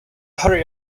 hurry